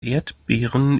erdbeeren